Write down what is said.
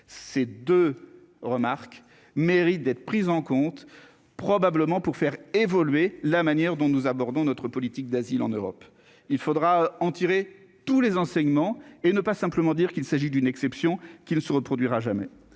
ces 2 remarques méritent d'être prises en compte, probablement pour faire évoluer la manière dont nous abordons notre politique d'asile en Europe, il faudra en tirer tous les enseignements et ne pas simplement dire qu'il s'agit d'une exception qui ne se reproduira jamais,